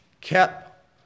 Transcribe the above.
kept